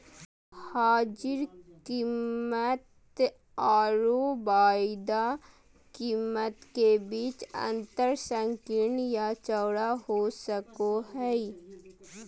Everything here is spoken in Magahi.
हाजिर कीमतआरो वायदा कीमत के बीच के अंतर संकीर्ण या चौड़ा हो सको हइ